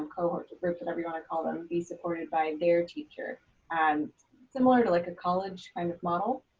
um cohorts or groups, whatever you want to call them, be supported by their teacher and similar to like a college kind of model.